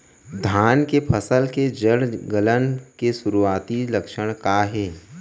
धान के फसल के जड़ गलन के शुरुआती लक्षण का हे?